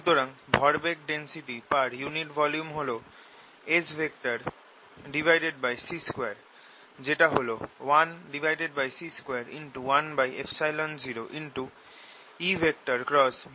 সুতরাং ভরবেগ density per unit volume হল Sc2 যেটা হল 1c21µ0EB